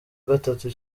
gatatu